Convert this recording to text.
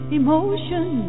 emotion